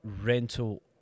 rental